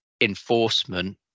enforcement